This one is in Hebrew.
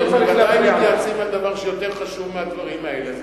הם ודאי מתייעצים על דבר שיותר חשוב מהדברים האלה,